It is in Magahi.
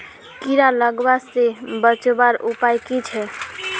कीड़ा लगवा से बचवार उपाय की छे?